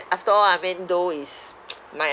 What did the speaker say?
after all I mean though is my